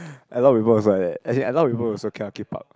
a lot of people was like that as in a lot of people also cannot keep up